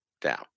down